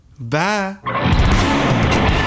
Bye